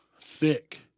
Thick